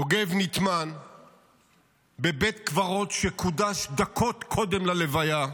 יוגב נטמן בבית קברות שקודש, דקות קודם ללוויה,